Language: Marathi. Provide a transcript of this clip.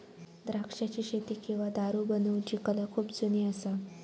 द्राक्षाची शेती किंवा दारू बनवुची कला खुप जुनी असा